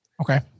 Okay